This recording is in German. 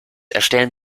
erstellen